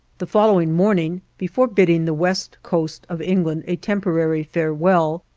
the following morning, before bidding the west coast of england a temporary farewell,